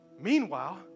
Meanwhile